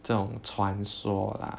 这种传说 lah